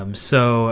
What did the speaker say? um so